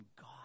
God